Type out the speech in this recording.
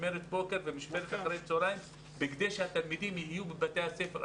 משמרת בוקר ומשמרת אחר הצוהריים כדי שהתלמידים יהיו בבתי הספר.